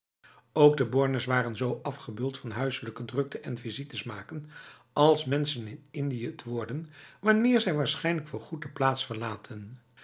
ook de bornes waren zo afgebeuld van huiselijke drukte en visites maken als mensen in indië het worden wanneer zij waarschijnlijk voorgoed de plaats verlaten